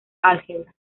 álgebra